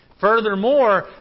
Furthermore